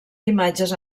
imatges